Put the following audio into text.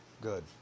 Good